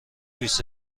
بیست